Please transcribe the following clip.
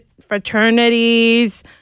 fraternities